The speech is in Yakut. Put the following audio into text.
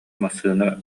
массыына